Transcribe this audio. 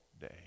day